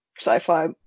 sci-fi